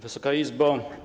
Wysoka Izbo!